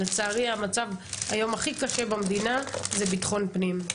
לצערי, המצב הכי קשה היום במדינה זה ביטחון פנים.